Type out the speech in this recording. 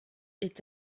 est